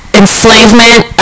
enslavement